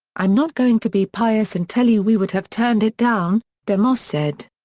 i'm not going to be pious and tell you we would have turned it down, demoss said.